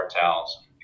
towels